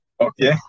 Okay